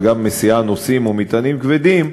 וגם מסיעה נוסעים או מטענים כבדים.